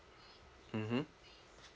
mmhmm